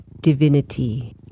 divinity